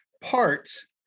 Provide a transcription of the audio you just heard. parts